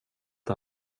det